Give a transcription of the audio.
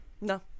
No